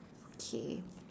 K